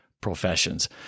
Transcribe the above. professions